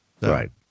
Right